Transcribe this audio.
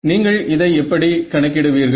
நீங்கள் இதை எப்படி கணக்கிடுவீர்கள்